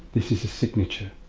this is a signature.